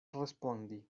respondi